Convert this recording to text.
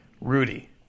Rudy